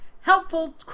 helpful